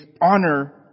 honor